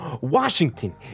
Washington